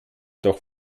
doch